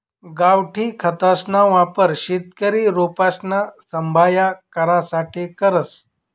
गावठी खतसना वापर शेतकरी रोपसना सांभाय करासाठे करस